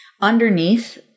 Underneath